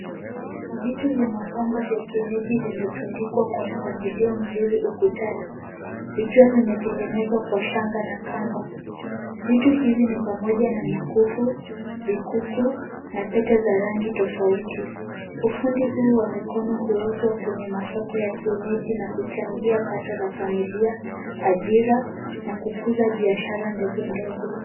Vitu vya mapambo vya kienyeji vimetundikwa kwa mpangilio mzuri ukutani, vikiwa vimetengenezwa kwa shanga na kamba. Vitu hivi ni pamoja na mikufu, vikuku na pete za rangi tofauti. Ufundi huu wa mikono huuzwa kwenye masoko ya kienyeji na huchangia pato la familia, ajira, na kukuza biashara ndogo ndogo.